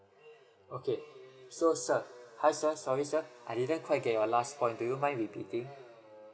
okay so sir hi sir sorry sir I didn't quite get your last point do you mind repeating